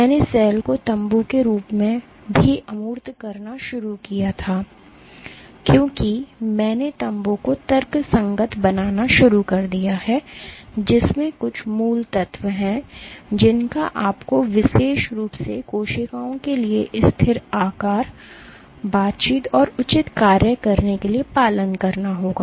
मैंने सेल को तंबू के रूप में भी अमूर्त करना शुरू किया था क्योंकि मैंने तम्बू को तर्कसंगत बनाना शुरू कर दिया है जिसमें कुछ मूल तत्व हैं जिनका आपको विशेष रूप से कोशिकाओं के लिए स्थिर आकार और बातचीत और उचित कार्य करने के लिए पालन करना होगा